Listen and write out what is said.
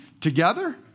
together